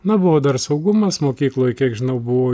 na buvo dar saugumas mokykloj kiek žinau buvo